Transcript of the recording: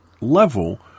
level